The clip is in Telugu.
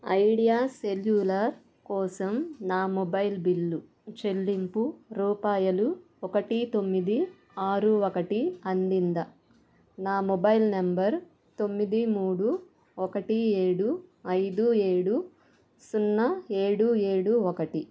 ఐడియా సెల్యులార్ కోసం నా మొబైల్ బిల్లు చెల్లింపు రూపాయలు ఒకటి తొమ్మిది ఆరు ఒకటి అందిందా నా మొబైల్ నంబర్ తొమ్మిది మూడు ఒకటి ఏడు ఐదు ఏడు సున్నా ఏడు ఏడు ఒకటి